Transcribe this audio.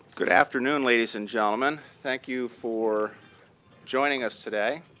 good afternoon, ladies and gentlemen. thank you for joining us today.